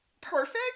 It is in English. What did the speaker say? perfect